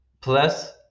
Plus